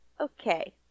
Okay